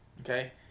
Okay